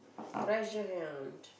treasure hunt